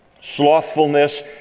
slothfulness